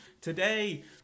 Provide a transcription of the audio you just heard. Today